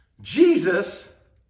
Jesus